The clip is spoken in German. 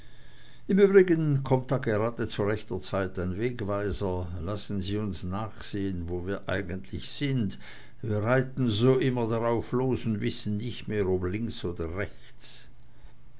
im übrigen kommt da gerade zu rechter zeit ein wegweiser lassen sie uns nachsehen wo wir eigentlich sind wir reiten so immer drauflos und wissen nicht mehr ob links oder rechts